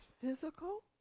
physical